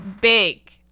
big